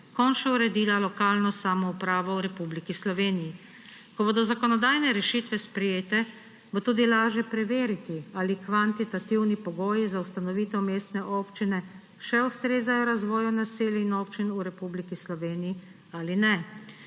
končno uredila lokalno samoupravo v Republiki Sloveniji. Ko bodo zakonodajne rešitve sprejete, bo tudi lažje preveriti, ali kvantitativni pogoji za ustanovitev mestne občine še ustrezajo razvoju naselij in občin v Republiki Sloveniji ali ne.